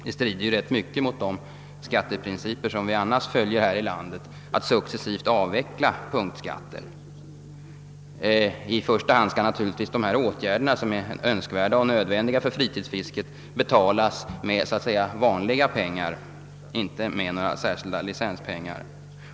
Det strider ju rätt mycket mot de skatteprinciper som vi annars följer här i landet, nämligen att successivt avveckla punktskatter. I första hand skall naturligtvis dessa åtgärder, som är önskvärda och nödvändiga för fritidsfisket, betalas med så att säga vanliga pengar, inte med några särskilda licenspengar.